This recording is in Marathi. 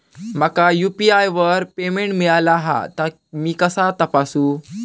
माका यू.पी.आय वर पेमेंट मिळाला हा ता मी कसा तपासू?